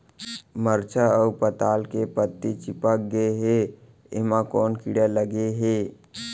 मरचा अऊ पताल के पत्ता चिपक गे हे, एमा कोन कीड़ा लगे है?